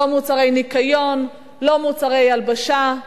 לא מוצרי ניקיון, לא מוצרי הלבשה.